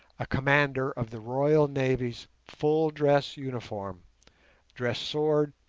a commander of the royal navy's full-dress uniform dress sword,